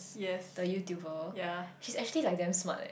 the YouTuber she's actually like them smart leh